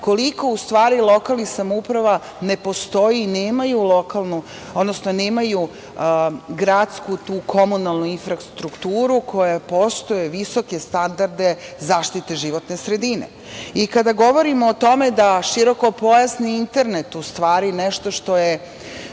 koliko u stvari lokalnih samouprava ne postoji i nemaju gradsku, komunalnu infrastrukturu koja postuje visoke standarde zaštite životne sredine i kada govorimo o tome da je širokopojasni internet u stvari nešto što je